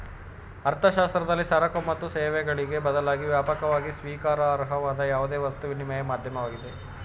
ಅರ್ಥಶಾಸ್ತ್ರದಲ್ಲಿ ಸರಕು ಮತ್ತು ಸೇವೆಗಳಿಗೆ ಬದಲಾಗಿ ವ್ಯಾಪಕವಾಗಿ ಸ್ವೀಕಾರಾರ್ಹವಾದ ಯಾವುದೇ ವಸ್ತು ವಿನಿಮಯ ಮಾಧ್ಯಮವಾಗಿದೆ